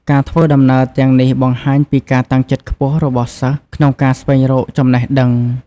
ការធ្វើដំណើរទាំងនេះបង្ហាញពីការតាំងចិត្តខ្ពស់របស់សិស្សក្នុងការស្វែងរកចំណេះដឹង។